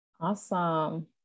Awesome